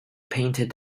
painted